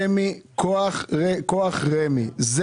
אם